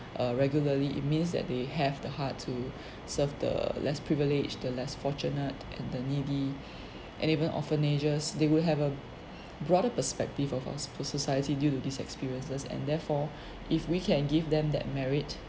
err regularly it means that they have the heart to serve the less privileged the less fortunate and the needy and even orphanages they will have a broader perspective of our society due to these experiences and therefore if we can give them that merit